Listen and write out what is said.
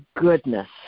goodness